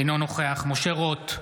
אינו נוכח משה רוט,